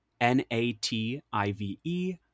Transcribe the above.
N-A-T-I-V-E